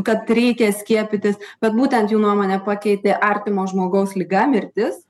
kad reikia skiepytis bet būtent jų nuomonę pakeitė artimo žmogaus liga mirtis